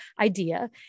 idea